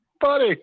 buddy